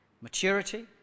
maturity